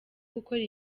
gukora